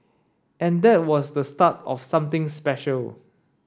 and that was the start of something special